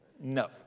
No